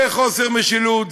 זה חוסר משילות,